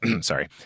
sorry